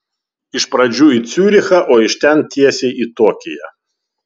iš pradžių į ciurichą o iš ten tiesiai į tokiją